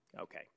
Okay